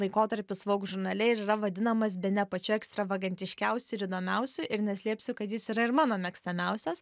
laikotarpis vaug žurnale ir yra vadinamas bene pačiu ekstravagantiškiausiu ir įdomiausiu ir neslėpsiu kad jis yra ir mano mėgstamiausias